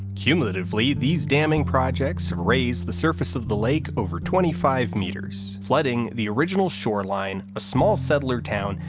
cumulatively these damming projects have raised the surface of the lake over twenty five metres, flooding the original shoreline, a small settler town,